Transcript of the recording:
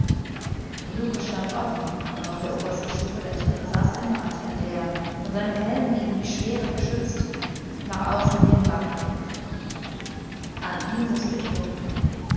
die luke stand offen aber auf der obersten stufe der treppe saß ein martier der von seinem helm gegen die schwere geschützt nach außen hin wache hielt an ihm mußte ich vorüber